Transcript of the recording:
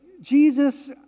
Jesus